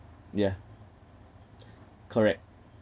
yeah correct